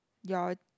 your